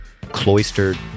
cloistered